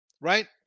Right